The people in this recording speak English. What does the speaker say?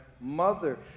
mother